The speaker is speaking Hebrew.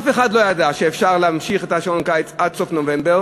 אף אחד לא ידע שאפשר להמשיך את שעון הקיץ עד סוף נובמבר,